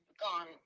gone